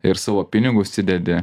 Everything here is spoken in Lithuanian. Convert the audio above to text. ir savo pinigus įdedi